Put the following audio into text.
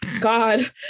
God